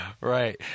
Right